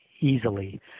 easily